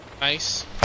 Nice